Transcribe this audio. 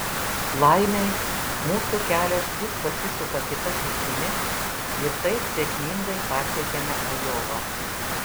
laimei mūsų kelias vis pasisuka kita kryptimi ir taip sėkmingai pasiekiame ajovą